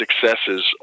successes